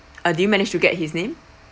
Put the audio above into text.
uh do you manage to get his name